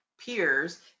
peers